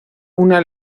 una